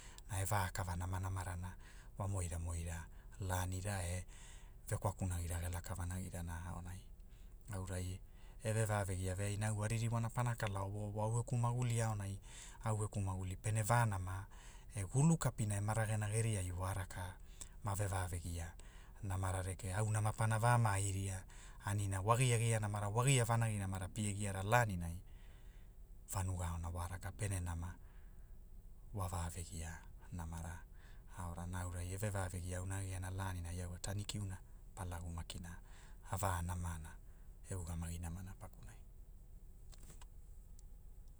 Na e vakava namanamarana, wa moiramoira, lanira e, vekwakunagira ge laka vanagirana aonai, aurai ve va vegia veaina au au aririwana pana kala ovo ovo au geku maguli aonai, au geku maguli aonai, au geku maguli peneva nama, e gulu kapina ema ragena geriai waraka, mave va vegia, namara rekea auna mapana va maai ria, anina wagia gia namara pie giara laninai, vanuga aona wa raka nama, wa va vegias namara, aonana aurai eve ve va vegia, auna agiana luninai au a tanikiuna, palagu makina, a va namanama, e ugamagi namana pakunai